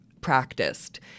practiced